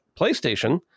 PlayStation